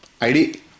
ID